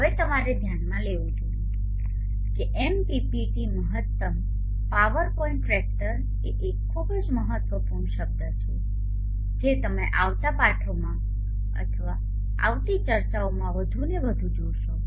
હવે તમારે ધ્યાનમાં લેવું જોઈએ કે એમપીપીટી મહત્તમ પાવર પોઇન્ટ ટ્રેકર એ એક ખૂબ જ મહત્વપૂર્ણ શબ્દ છે જે તમે આવતા પાઠોમાં અથવા આવતી ચર્ચાઓમાં વધુને વધુ જોશો